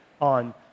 on